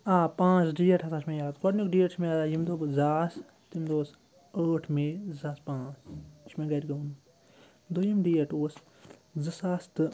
آ پانٛژھ ڈیٹ ہَسا چھِ مےٚ یاد گۄڈنیُک ڈیٹ چھُ مےٚ یاد ییٚمہِ دۄہ بہٕ زاس تمہِ دۄہ اوس ٲٹھ مے زٕ ساس پانٛژھ یہِ چھُ مےٚ گَرِ گوٚمُت دوٚیِم ڈیٹ اوس زٕ ساس تہٕ